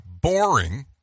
boring